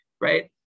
right